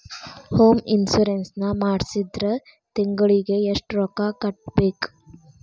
Home insurance ನ ಮಾಡ್ಸಿದ್ರ ತಿಂಗ್ಳಿಗೆ ಎಷ್ಟ್ ರೊಕ್ಕಾ ಕಟ್ಬೇಕ್?